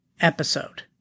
episode